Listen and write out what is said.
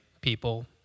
people